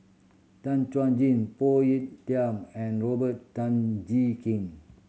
Tan Chuan Jin Phoon Yew Tien and Robert Tan Jee Keng